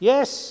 Yes